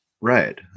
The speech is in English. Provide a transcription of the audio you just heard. Right